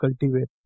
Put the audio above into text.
cultivate